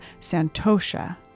santosha